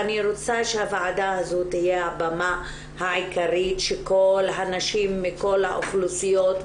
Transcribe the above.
אני רוצה שהוועדה הזאת תהיה הבמה העיקרית שכל הנשים מכל האוכלוסיות,